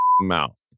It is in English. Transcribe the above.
mouth